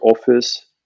office